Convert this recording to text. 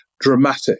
dramatic